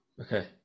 Okay